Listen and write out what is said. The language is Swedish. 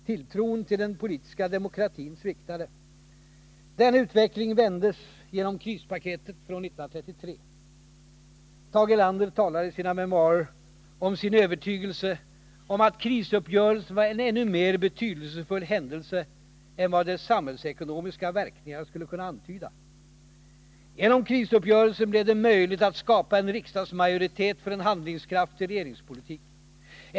Tilltron till den politiska demokratin sviktade. Denna utveckling vändes genom krispaketet från 1933. Tage Erlander talar i sina memoarer om sin övertygelse om ”att krisuppgörelsen var en ännu mer betydelsefull händelse än vad dess samhällsekonomiska verkningar skulle kunna antyda. Genom krisuppgörelsen blev det möjligt att skapa en riksdagsmajoritet för en handlingskraftig regeringspolitik.